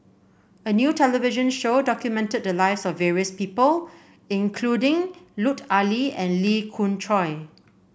a new television show documented the lives of various people including Lut Ali and Lee Khoon Choy